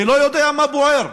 לא יודע מה בוער,